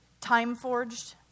time-forged